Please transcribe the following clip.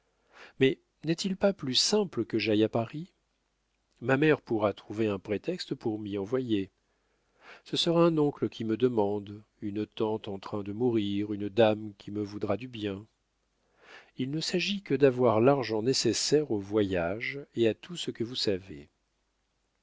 mais n'est-il pas plus simple que j'aille à paris ma mère pourra trouver un prétexte pour m'y envoyer ce sera un oncle qui me demande une tante en train de mourir une dame qui me voudra du bien il ne s'agit que d'avoir l'argent nécessaire au voyage et à tout ce que vous savez